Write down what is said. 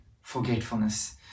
forgetfulness